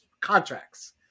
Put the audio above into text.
contracts